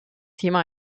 thema